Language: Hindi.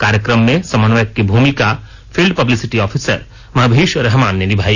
कार्यक्रम में समन्वयक की भूमिका फील्ड पब्लिसिटी आफिसर महभीष रहमान ने निभाई